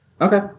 Okay